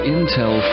Intel